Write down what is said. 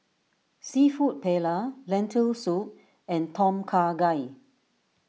Seafood Paella Lentil Soup and Tom Kha Gai